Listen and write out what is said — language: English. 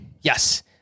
Yes